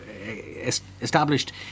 established